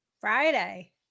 Friday